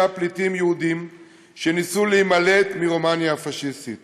פליטים יהודים שניסו להימלט מרומניה הפאשיסטית